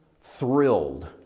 thrilled